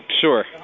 Sure